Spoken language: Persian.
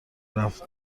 رفت